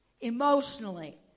emotionally